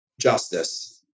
justice